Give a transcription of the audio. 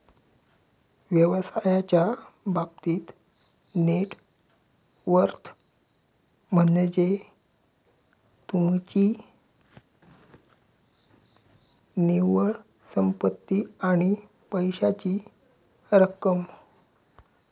व्यवसायाच्या बाबतीत net worth म्हनज्ये तुमची निव्वळ संपत्ती आणि पैशाची रक्कम